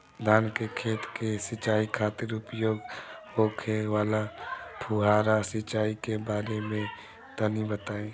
धान के खेत की सिंचाई खातिर उपयोग होखे वाला फुहारा सिंचाई के बारे में तनि बताई?